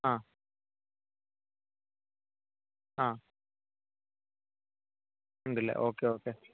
ആ ആ ഉണ്ടല്ലേ ഓക്കേ ഓക്കേ